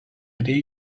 prie